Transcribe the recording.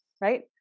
right